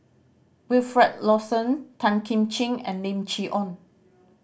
Wilfed Lawson Tan Kim Ching and Lim Chee Onn